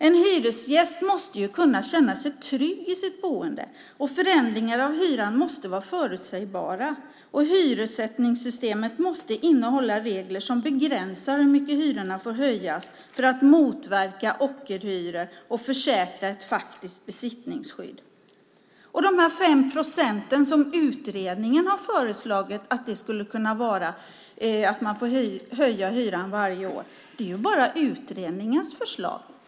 En hyresgäst måste kunna känna sig trygg i sitt boende, och förändringar av hyran måste vara förutsägbara. Hyressättningssystemet måste innehålla regler som sätter en gräns för hur mycket hyrorna får höjas för att motverka ockerhyror och försäkra ett faktiskt besittningsskydd. Utredningens förslag om att hyran ska få höjas med 5 procent varje år är bara utredningens förslag.